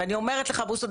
אני אומרת לך בוסו,